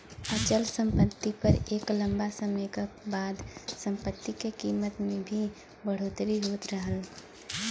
अचल सम्पति पर एक लम्बा समय क बाद सम्पति के कीमत में भी बढ़ोतरी होत रहला